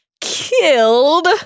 killed